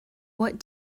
what